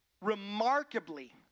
remarkably